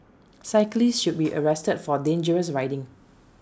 cyclist should be arrested for dangerous riding